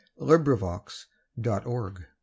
LibriVox.org